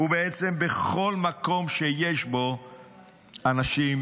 בעצם בכל מקום שיש בו אנשים